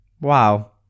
Wow